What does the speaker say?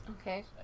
okay